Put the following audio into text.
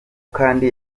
kandi